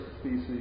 species